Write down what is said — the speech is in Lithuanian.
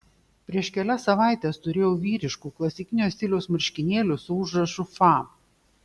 prieš kelias savaites turėjau vyriškų klasikinio stiliaus marškinėlių su užrašu fa